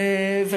נכון.